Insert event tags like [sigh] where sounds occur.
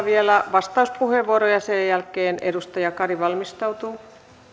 [unintelligible] vielä vastauspuheenvuoro ja sen jälkeen edustaja kari valmistautuu